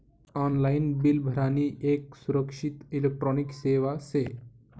online bill भरानी येक सुरक्षित इलेक्ट्रॉनिक सेवा शे